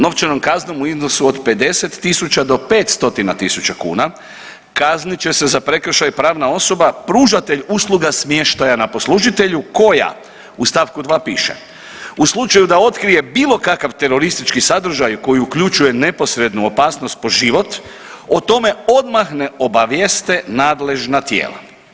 Novčanom kaznom u iznosu od 50.000 do 500.000 kuna kaznit će se za prekršaj pravna osoba pružatelj usluga smještaja na poslužitelju koja, u stavku 2. piše, u slučaju da otkrije bilo kakav teroristički sadržaj koji uključuje neposrednu opasnost po život o tome odmah ne obavijeste nadležna tijela.